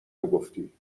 گفتی